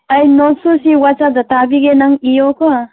ꯑꯩ ꯅꯣꯠꯁꯨ ꯁꯤ ꯋꯥꯆꯞꯇ ꯊꯥꯕꯤꯒꯦ ꯅꯪ ꯏꯌꯣꯀꯣ